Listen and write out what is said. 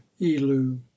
elu